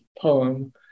poem